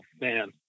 man